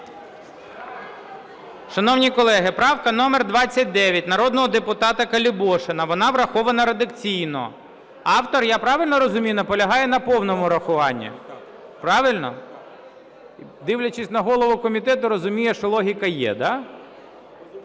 Шановні колеги, правка номер 29 народного депутата Колебошина, вона врахована редакційно. Автор, я правильно розумію, наполягає на повному врахуванні? Правильно? Дивлячись на голову комітету, розумію, що логіка є, да?